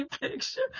picture